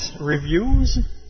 reviews